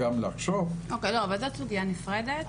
אבל זו סוגיה נפרדת.